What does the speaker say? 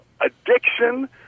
addiction